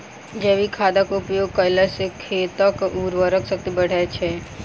जैविक खादक उपयोग कयला सॅ खेतक उर्वरा शक्ति बढ़ैत छै